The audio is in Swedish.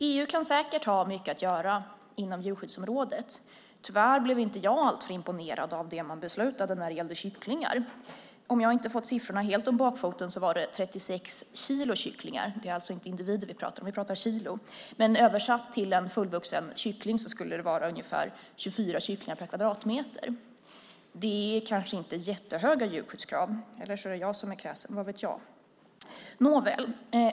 EU kan säkert göra mycket på djurskyddsområdet. Tyvärr blev jag inte alltför imponerad av det man beslutade när det gällde kycklingar. Om jag inte har fått siffrorna helt om bakfoten var det 36 kilo kycklingar. Det är alltså inte individer vi pratar om utan kilo. Översatt till en fullvuxen kyckling skulle det vara ungefär 24 kycklingar per kvadratmeter. Det är kanske inte jättehöga djurskyddskrav, eller så är det jag som är krass. Vad vet jag?